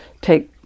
take